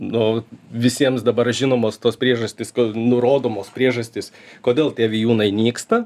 nu visiems dabar žinomos tos priežastys nurodomos priežastys kodėl tie vijūnai nyksta